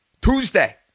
Tuesday